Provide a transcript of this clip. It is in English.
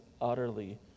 utterly